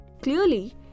clearly